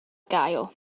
gael